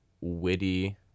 witty